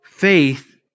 faith